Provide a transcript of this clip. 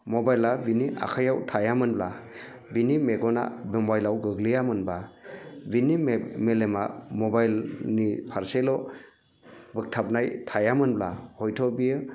मबाइला बिनि आखाइयाव थायामोनब्ला बिनि मेगना मबाइलाव गोग्लैयामोनब्ला बिनि मेलेमा मबाइलनि फारसेल' बोगथाबनाय थायामोनब्ला हयथ' बियो